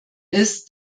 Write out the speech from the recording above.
ist